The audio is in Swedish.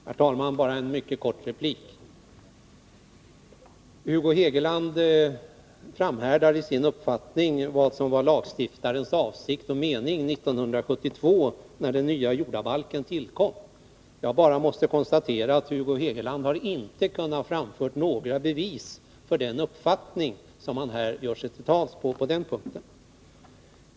Herr talman! Bara en mycket kort replik. Hugo Hegeland framhärdar i sin uppfattning om vad som var lagstiftarens avsikt och mening 1972, när den nya jordabalken tillkom. Jag måste bara konstatera att Hugo Hegeland inte kunnat framföra några bevis för den uppfattning han gör sig till tolk för.